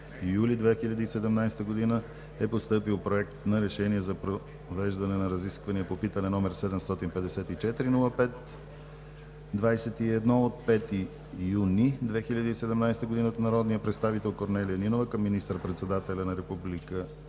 юли 2017 г. е постъпил Проект на решение за провеждане на разисквания по питане № 754-05-21 от 5 юни 2017 г. от народния представител Корнелия Нинова към министър-председателя на Република